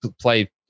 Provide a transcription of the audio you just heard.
play